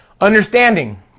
Understanding